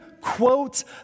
quotes